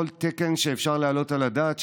שאפשר להעלות על הדעת,